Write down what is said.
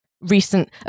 recent